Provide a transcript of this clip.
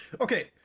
okay